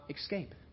escape